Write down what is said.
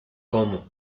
como